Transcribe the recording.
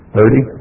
Thirty